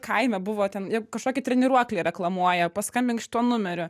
kaina buvo ten ir kažkokį treniruoklį reklamuoja paskambink šituo numeriu